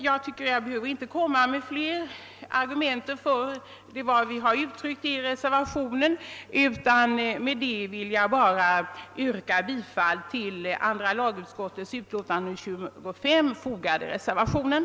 Jag tycker inte att jag behöver anföra flera argument för reservationen, utan jag yrkar nu endast bifall till denna.